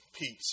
peace